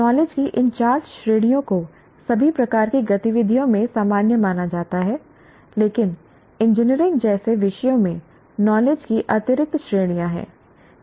knowledge की इन चार श्रेणियों को सभी प्रकार की गतिविधियों में सामान्य माना जाता है लेकिन इंजीनियरिंग जैसे विषयों में नॉलेज की अतिरिक्त श्रेणियां हैं